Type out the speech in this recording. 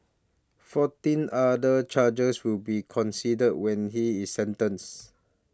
fourteen other charges will be considered when he is sentenced